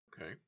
Okay